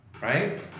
Right